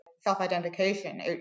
self-identification